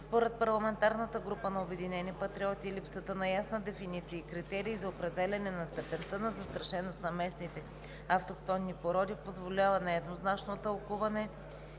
Според парламентарната група „Обединени патриоти“ липсата на ясна дефиниция и критерии за определяне на степента на застрашеност на местните (автохтонни) породи позволява нееднозначно тълкуване